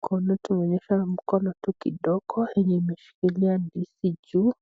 Kuna tumeonyesha mkono tu kidogo yenye imeshikilia ndizi juu.